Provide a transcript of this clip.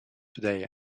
today